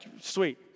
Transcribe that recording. Sweet